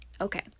Okay